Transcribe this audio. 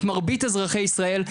את מרבית אזרחי ישראל.